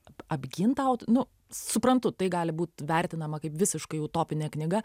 apgint ta aut nu suprantu tai gali būt vertinama kaip visiškai utopinė knyga